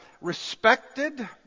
respected